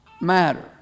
matter